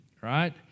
right